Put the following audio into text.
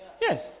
Yes